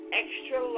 extra